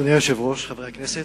אדוני היושב-ראש, חברי הכנסת,